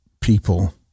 people